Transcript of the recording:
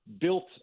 built